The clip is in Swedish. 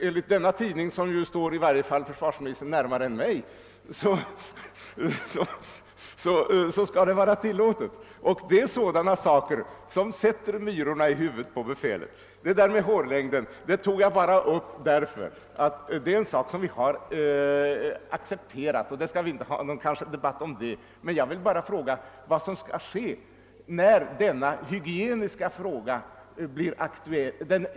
Enligt den tidningen som väl i varje fall står försvarsministern närmare än mig skall det alltså vara tillåtet. Det är sådana saker som sätter myror i huvudet på befälet. Jag nämnde bara det där med hårlängden som en sak som vi har accepterat och därför inte skall ta upp en debatt om nu.